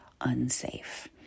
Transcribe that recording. unsafe